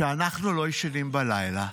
אנחנו לא ישנים בלילה,